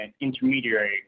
intermediary